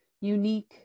unique